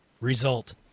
result